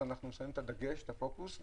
אנחנו נשים על זה את הדגש ואת הפוקוס.